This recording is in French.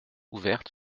ouverte